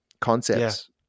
concepts